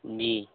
जी